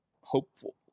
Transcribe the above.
hopeful